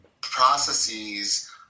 processes